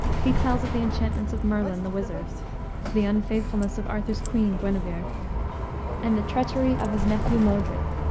he tells of the enchantments of merlin, the wizard of the unfaithfulness of arthur's queen, guenever and the treachery of his nephew, modred.